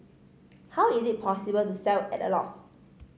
how is it possible to sell at a loss